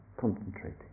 concentrating